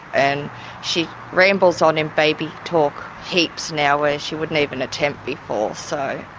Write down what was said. and she rambles on in baby talk heaps now, whereas she wouldn't even attempt before. so